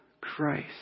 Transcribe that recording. Christ